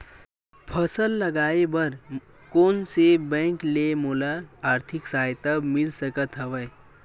फसल लगाये बर कोन से बैंक ले मोला आर्थिक सहायता मिल सकत हवय?